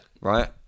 Right